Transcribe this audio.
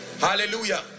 Hallelujah